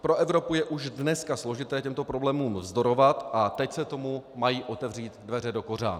Pro Evropu je už dneska složité těmto problémům vzdorovat, a teď se tomu mají otevřít dveře dokořán.